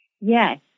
Yes